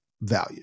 value